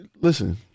listen